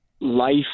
life